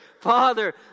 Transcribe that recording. Father